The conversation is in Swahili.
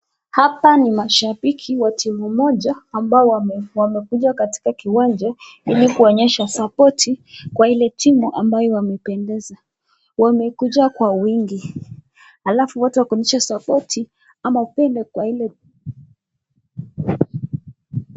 Hapa ni mashabiki wa timu moja ambao wamekuja katika kiwanja ili kuonyesha sapoti kwa ile timu ambayo wamependeza. Wamekuja kwa wingi alafu kuonyesha sapoti ama upendo kwa ile.